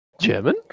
German